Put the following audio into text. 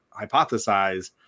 hypothesize